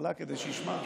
מההתחלה כדי שישמע?